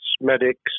medics